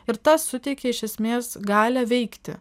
ir tas suteikia iš esmės galią veikti